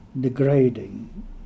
degrading